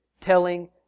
telling